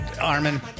Armin